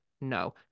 no